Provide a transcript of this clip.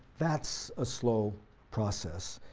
that's a slow process.